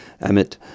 Amit